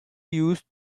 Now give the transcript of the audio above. used